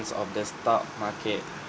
of the stock market